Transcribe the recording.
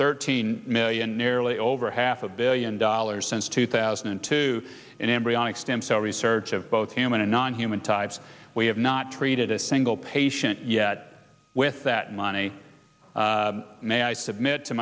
thirteen million nearly over half a billion dollars since two thousand and two in embryonic stem cell research of both human and non human types we have not treated a single patient yet with that money may i submit to